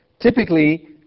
Typically